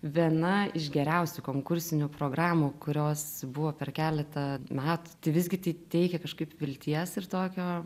viena iš geriausių konkursinių programų kurios buvo per keletą metų tai visgi tai teikia kažkaip vilties ir tokio